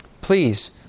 please